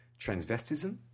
transvestism